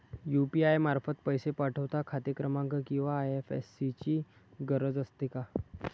UPI मार्फत पैसे पाठवता खाते क्रमांक किंवा आय.एफ.एस.सी ची गरज असते का?